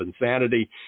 insanity